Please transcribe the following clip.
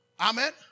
Amen